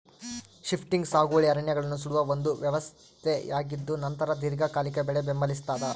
shifting ಸಾಗುವಳಿ ಅರಣ್ಯಗಳನ್ನು ಸುಡುವ ಒಂದು ವ್ಯವಸ್ಥೆಯಾಗಿದ್ದುನಂತರ ದೀರ್ಘಕಾಲಿಕ ಬೆಳೆ ಬೆಂಬಲಿಸ್ತಾದ